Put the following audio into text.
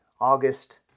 August